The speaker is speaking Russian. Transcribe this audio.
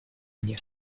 мне